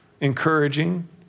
encouraging